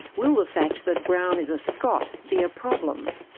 will the fact that brown is a scot be a problem?